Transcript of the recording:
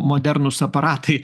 modernūs aparatai